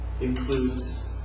includes